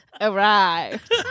arrived